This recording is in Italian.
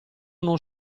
non